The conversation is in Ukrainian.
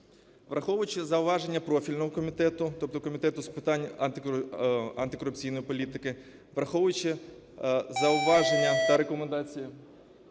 Враховуючи зауваження профільного комітету, тобто Комітету з питань антикорупційної політики, враховуючи зауваження та рекомендації